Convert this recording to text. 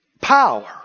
Power